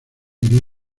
iría